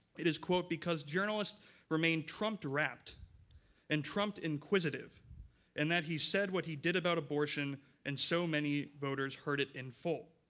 it is, quote, because journalists remain trump-rapt and trump-inquisitive and that he said what he did about abortion and so many voters heard it in full.